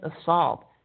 assault